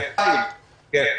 כן, איתמר.